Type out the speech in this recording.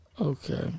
Okay